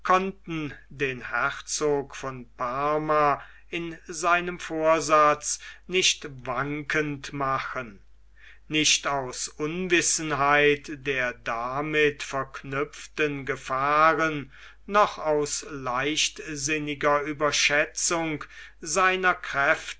den herzog von parma in seinem vorsatz nicht wankend machen nicht aus unwissenheit der damit verknüpften gefahren noch aus leichtsinniger ueberschätzung seiner kräfte